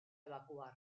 evacuar